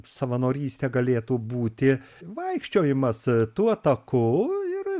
savanorystė galėtų būti vaikščiojimas tuo taku ir